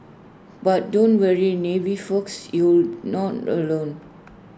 but don't worry navy folks you not alone